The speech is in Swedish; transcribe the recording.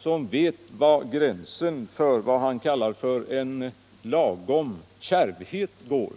som vet var gränsen för vad han kallar en lagom kärvhet går.